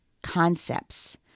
concepts